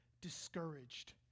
discouraged